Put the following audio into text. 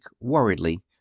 worriedly